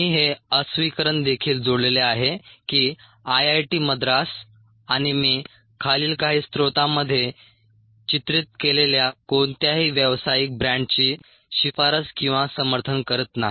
मी हे अस्वीकरण देखील जोडलेले आहे की IIT मद्रास आणि मी खालील काही स्त्रोतांमध्ये चित्रित केलेल्या कोणत्याही व्यावसायिक ब्रँडची शिफारस किंवा समर्थन करत नाही